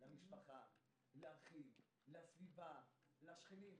המשפחה, האחים, הסביבה, השכנים.